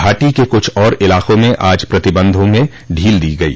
घाटी के कुछ और इलाकों में आज प्रतिबंधों में ढील दी गई